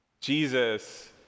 Jesus